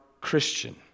Christian